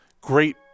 great